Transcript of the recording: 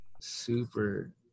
super